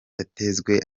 yatezwe